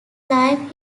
life